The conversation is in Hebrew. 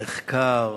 נחקר,